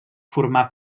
formà